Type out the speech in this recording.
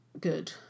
good